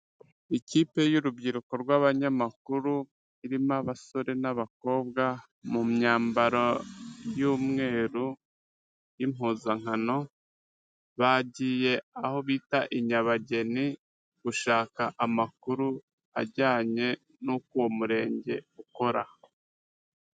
Ikipe y'urubyiruko rw'abanyamakuru irimo abasore n'abakobwa mu myambaro y'umweru y'impuzankano, bagiye aho bita inyabageni gushaka amakuru ajyanye n'uko uwo murenge ukora.